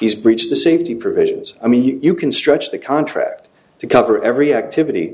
he's breached the safety provisions i mean you can stretch the contract to cover every activity